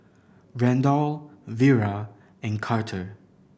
Randall Vira and Carter